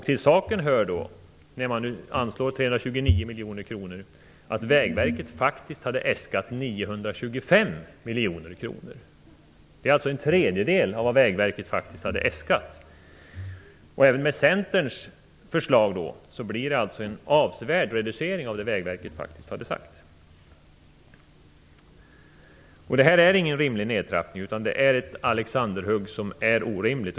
Till saken hör att Vägverket faktiskt hade äskat 925 miljoner kronor och man anslår 329 miljoner kronor. Det är alltså en tredjedel av vad Vägverket faktiskt hade äskat. Även med Centerns förslag blir det en avsevärd reducering av det Vägverket faktiskt hade sagt. Det här är ingen rimlig nedtrappning. Det är ett Alexanderhugg som är orimligt.